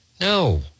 No